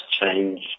change